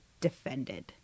defended